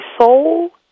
soul